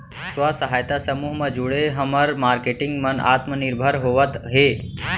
स्व सहायता समूह म जुड़े हमर मारकेटिंग मन आत्मनिरभर होवत हे